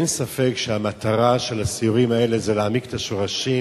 אין ספק שהמטרה של הסיורים האלה זה להעמיק את השורשים